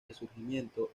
resurgimiento